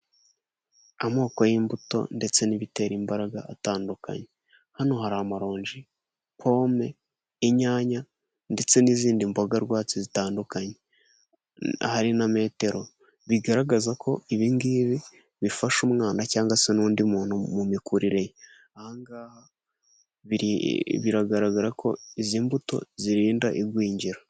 Amoko y'imbuto ndetse n'ibitera imbaraga atandukanye hano hari amarongi pome inyanya ndetse n'izindi mboga rwatsi zitandukanye hari na metero bigaragaza ko ibingibi bifasha umwana cyangwa se n'undi muntu mu mikurire ahangaha biragaragara ko izi mbuto zirinda igwingira.